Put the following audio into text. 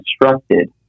constructed